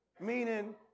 Meaning